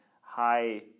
high